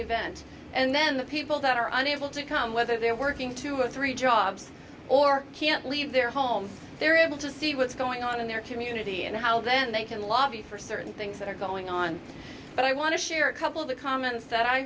event and then the people that are unable to come whether they're working two or three jobs or can't leave their home they're able to see what's going on in their community and how then they can lobby for certain things that are going on but i want to share a couple of the comments that i